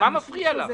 מה מפריע לך?